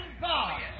God